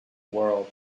world